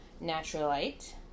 naturalite